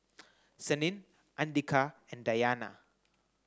Senin Andika and Dayana